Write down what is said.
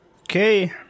Okay